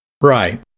Right